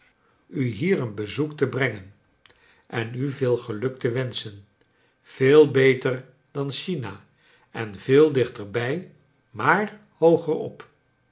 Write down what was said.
u hier een bezoek te brengen en u veel geluk te wenschen veel beter dan china en veel dichterbij maar hooger op